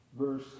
Verse